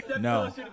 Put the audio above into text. No